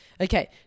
okay